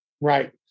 Right